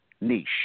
niche